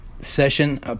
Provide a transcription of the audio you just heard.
session